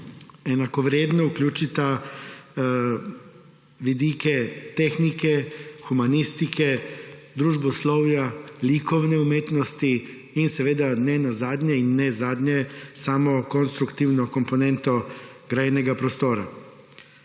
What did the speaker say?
enakovredno vključita vidike tehnike, humanistike, družboslovja, likovne umetnosti in seveda, nenazadnje in ne zadnje, samo konstruktivno komponento grajenega prostora.